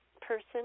person